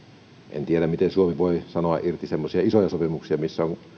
en tiedä miten suomi voi sanoa irti semmoisia isoja sopimuksia missä on